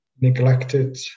neglected